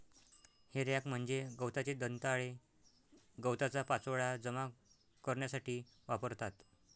हे रॅक म्हणजे गवताचे दंताळे गवताचा पाचोळा जमा करण्यासाठी वापरतात